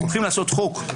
הולכים לעשות חוק,